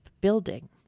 building